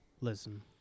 Listen